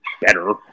better